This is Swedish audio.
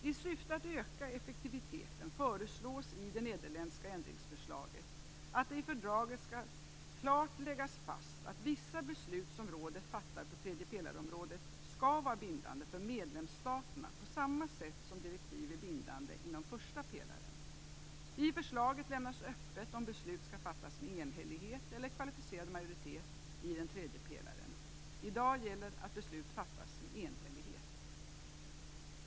I syfte att öka effektiviteten föreslås i det nederländska ändringsförslaget att det i fördraget skall klart läggas fast att vissa beslut som rådet fattar på tredjepelarområdet skall vara bindande för medlemsstaterna på samma sätt som direktiv är bindande inom första pelaren. I förslaget lämnas öppet om beslut skall fattas med enhällighet eller kvalificerad majoritet i den tredje pelaren. I dag gäller att beslut fattas med enhällighet.